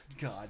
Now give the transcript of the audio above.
God